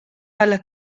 alla